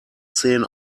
zehn